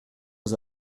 aux